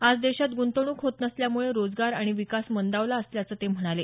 आज देशात गृंतवणूक होत नसल्यामुळे रोजगार आणि विकास मंदावला असल्याचं ते म्हणाले